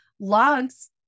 logs